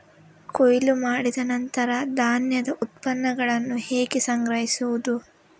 ಕೊಯ್ಲು ಮಾಡಿದ ನಂತರ ಧಾನ್ಯದ ಉತ್ಪನ್ನಗಳನ್ನು ಹೇಗೆ ಸಂಗ್ರಹಿಸುವುದು?